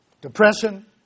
Depression